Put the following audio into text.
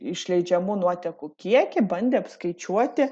išleidžiamų nuotekų kiekį bandė apskaičiuoti